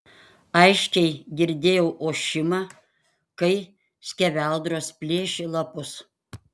aiškiai girdėjau ošimą kai skeveldros plėšė lapus